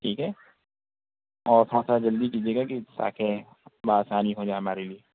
ٹھیک ہے اور تھوڑا سا جلدی کیجیے گا کہ تاکہ بآسانی ہو جائے ہمارے لیے